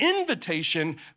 invitation